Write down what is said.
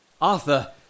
Arthur